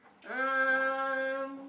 um